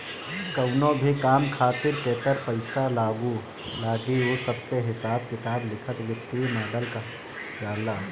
कवनो भी काम खातिर केतन पईसा लागी उ सब के हिसाब किताब लिखल वित्तीय मॉडल कहल जाला